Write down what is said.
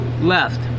left